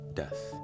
death